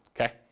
okay